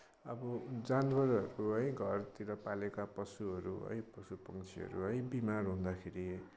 अब जानवरहरूको है घरतिर पालेका पशुहरू है पशुपक्षीहरू है बिमार हुँदाखेरि